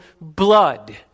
blood